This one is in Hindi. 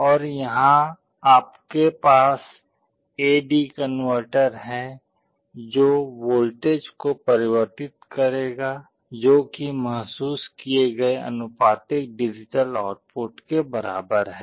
और यहां आपके पास ए डी कनवर्टर है जो वोल्टेज को परिवर्तित करेगा जो कि महसूस किये गए आनुपातिक डिजिटल आउटपुट के बराबर है